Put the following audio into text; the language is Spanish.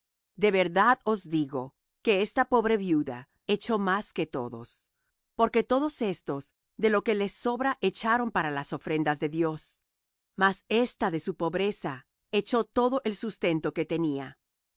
de verdad os digo que esta pobre viuda echó más que todos porque todos estos de lo que les sobra echaron para las ofrendas de dios mas ésta de su pobreza echó todo el sustento que tenía